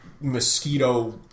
mosquito